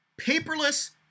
paperless